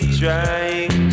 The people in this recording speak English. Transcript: trying